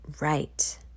right